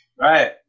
Right